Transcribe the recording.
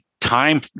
time